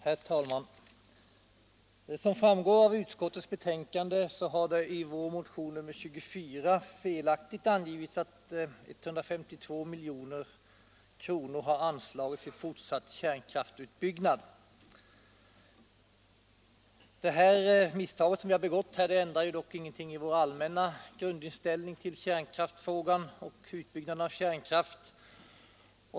Herr talman! Som framgår av utskottets betänkande har det i vår motion nr 24 felaktigt angivits att 152 milj.kr. anslagits till fortsatt kärnkraftsutbyggnad. Det misstag som vi här har begått ändrar dock ingenting i vår grundinställning till frågan om utbyggnaden av kärnkraft.